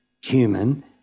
human